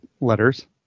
letters